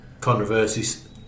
controversies